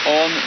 on